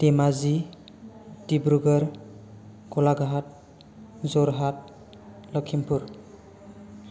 Dhemaji Dibrugarh Golaghat Jorhat Lakhimpur